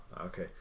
Okay